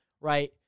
right